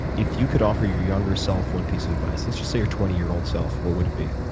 if you could offer your younger self one piece of advice, let's just say your twenty year old self, what would it be?